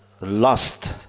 lost